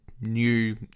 new